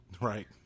Right